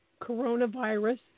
coronavirus